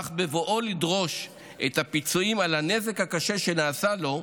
אך בבואו לדרוש את הפיצויים על הנזק הקשה שנעשה לו,